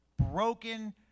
broken